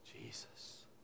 Jesus